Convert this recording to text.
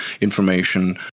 information